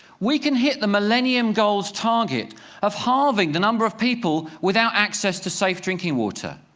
we can hit the millennium goal's target of halving the number of people without access to safe drinking water.